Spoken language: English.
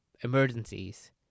emergencies